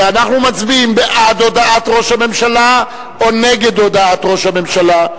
ואנחנו מצביעים בעד הודעת ראש הממשלה או נגד הודעת ראש הממשלה.